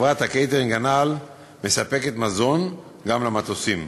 חברת הקייטרינג הנ"ל מספקת מזון גם למטוסים.